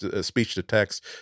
speech-to-text